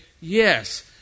Yes